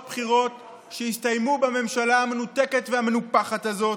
בחירות שהסתיימו בממשלה המנותקת והמנופחת הזאת.